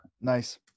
Nice